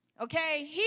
Okay